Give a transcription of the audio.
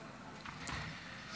פעם אחת, אדוני ראש הממשלה?